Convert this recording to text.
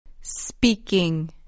Speaking